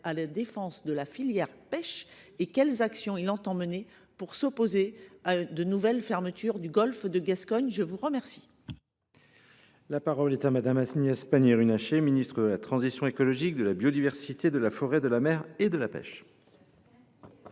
à la défense de la filière pêche ? Quelles actions entend il mener pour s’opposer à de nouvelles fermetures du golfe de Gascogne ? La parole